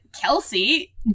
Kelsey